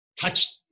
Touch